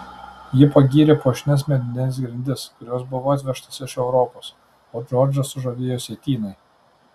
ji pagyrė puošnias medines grindis kurios buvo atvežtos iš europos o džordžą sužavėjo sietynai